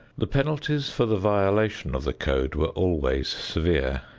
the penalties for the violation of the code were always severe,